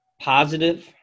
Positive